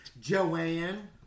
Joanne